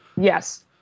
Yes